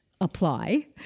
apply